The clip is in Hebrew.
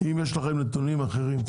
אם יש לכם נתונים אחרים,